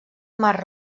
mar